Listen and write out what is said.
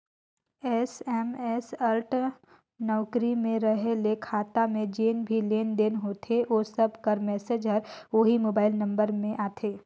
SMS alert नउकरी में रहें ले खाता में जेन भी लेन देन होथे ओ सब कर मैसेज हर ओही मोबाइल नंबर में आथे